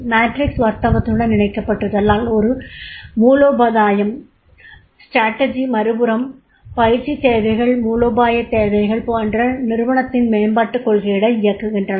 matrix வர்த்தகத்துடன் இணைக்கப்பட்டுள்ளதால் ஒருபுறம் மூலோபாயம் மறுபுறம் பயிற்சித் தேவைகள் மூலோபாயத் தேவைகள் ஒன்றாக நிறுவனத்தின் மேம்பாட்டுக் கொள்கைகளை இயக்குகின்றன